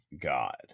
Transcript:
God